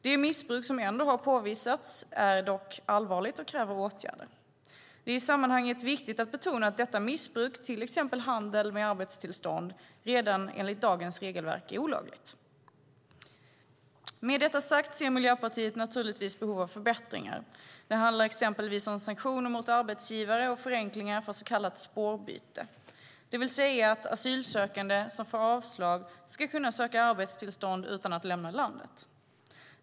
Det missbruk som ändå har påvisats är dock allvarligt och kräver åtgärder. Det är i sammanhanget viktigt att betona att detta missbruk, till exempel handeln med arbetstillstånd, är olagligt redan enligt dagens regelverk. Med detta sagt ser Miljöpartiet naturligtvis behov av förbättringar. Det handlar till exempel om sanktioner mot arbetsgivare och förenklingar för så kallat spårbyte, det vill säga att asylsökande som får avslag ska kunna söka arbetstillstånd utan att lämna landet.